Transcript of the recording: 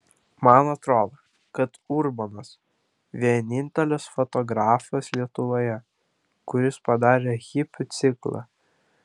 man atrodo kad urbonas vienintelis fotografas lietuvoje kuris padarė hipių ciklą